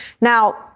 Now